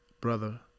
brother